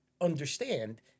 understand